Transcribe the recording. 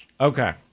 Okay